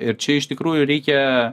ir čia iš tikrųjų reikia